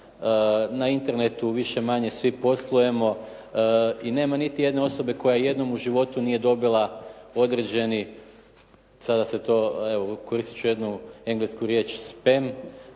na internetu više-manje svi poslujemo i nema niti jedne osobe koja jednom u životu nije dobila određeni, sada ću koristiti jednu englesku riječ spen